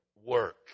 work